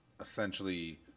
essentially